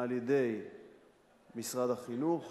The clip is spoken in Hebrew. על-ידי משרד החינוך